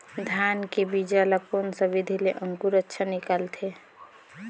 धान के बीजा ला कोन सा विधि ले अंकुर अच्छा निकलथे?